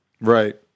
Right